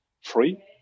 free